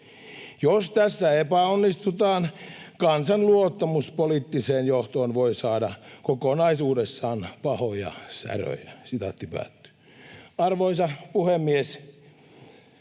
Jos tässä epäonnistutaan, kansan luottamus poliittiseen johtoon voi saada kokonaisuudessaan pahoja säröjä.” Arvoisa puhemies!